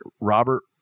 Robert